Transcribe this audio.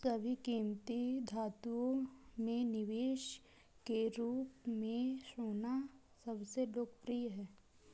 सभी कीमती धातुओं में निवेश के रूप में सोना सबसे लोकप्रिय है